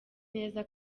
neza